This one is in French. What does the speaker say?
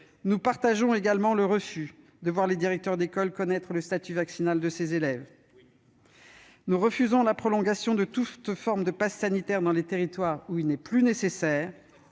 Nous refusons également que les directeurs d'école puissent connaître le statut vaccinal de leurs élèves. Oui ! Nous refusons la prolongation de toute forme de passe sanitaire dans les territoires où il n'est plus nécessaire.